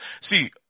see